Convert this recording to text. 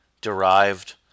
derived